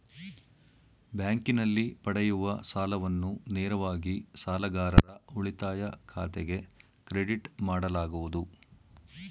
ಬ್ಯಾಂಕಿನಲ್ಲಿ ಪಡೆಯುವ ಸಾಲವನ್ನು ನೇರವಾಗಿ ಸಾಲಗಾರರ ಉಳಿತಾಯ ಖಾತೆಗೆ ಕ್ರೆಡಿಟ್ ಮಾಡಲಾಗುವುದು